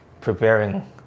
preparing